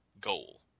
goal